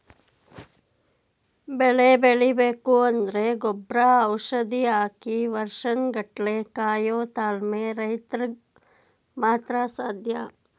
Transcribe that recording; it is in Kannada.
ಬೆಳೆ ಬೆಳಿಬೇಕು ಅಂದ್ರೆ ಗೊಬ್ರ ಔಷಧಿ ಹಾಕಿ ವರ್ಷನ್ ಗಟ್ಲೆ ಕಾಯೋ ತಾಳ್ಮೆ ರೈತ್ರುಗ್ ಮಾತ್ರ ಸಾಧ್ಯ